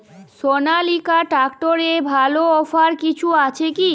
সনালিকা ট্রাক্টরে ভালো অফার কিছু আছে কি?